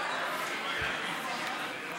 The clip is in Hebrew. לוועדה את הצעת חוק ביטוח ממלכתי (תיקון,